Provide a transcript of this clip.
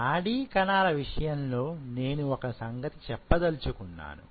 నాడీ కణాల విషయంలో నేను ఒక సంగతి చెప్పదలుచుకున్నాను